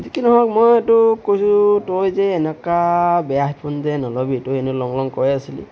যি কি নহওক মই তোক কৈছোঁ তই যে এনেকুৱা বেয়া হেডফোন যে নল'বি তই এনেও লং লং কৈয়ে আছিলি